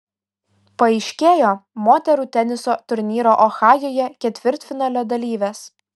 paaiškėjo moterų teniso turnyro ohajuje ketvirtfinalio dalyvės